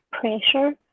pressure